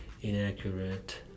inaccurate